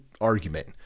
argument